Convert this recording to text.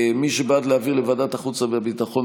מי שבעד להעביר לוועדת החוץ והביטחון,